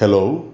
hello